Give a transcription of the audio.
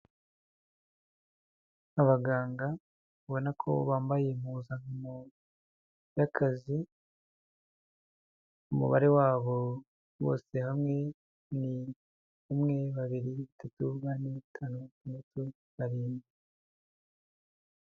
Abaganga ubona ko bambaye impuzankano y'akazi, umubare wabo bose hamwe ni umwe, babiri, bitatu, bane, batanu, batandatu, barindwi.